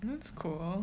that's cool